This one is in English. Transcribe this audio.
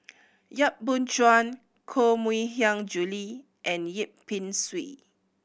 Yap Boon Chuan Koh Mui Hiang Julie and Yip Pin Xiu